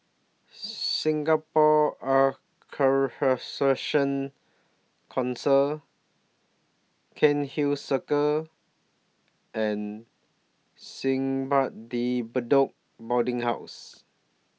Singapore Council Cairnhill Circle and Simpang De Bedok Boarding House